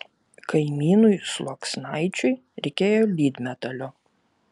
kaimynui sluoksnaičiui reikėjo lydmetalio